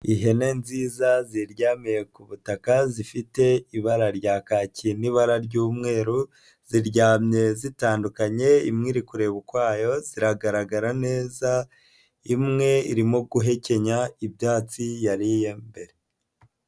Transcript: Ihene nziza ziryamiye ku butaka, zifite ibara rya kaki n'ibara ry'umweru, ziryamye zitandukanye, imwe iri kureba ukwayo, ziragaragara neza, imwe irimo guhekenya ibyatsi yariye mbere.